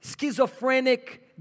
schizophrenic